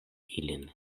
ilin